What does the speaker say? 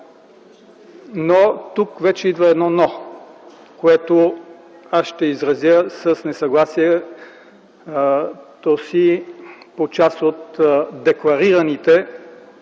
Тук вече идва едно „Но!”, което аз ще изразя с несъгласието си по част от декларираните,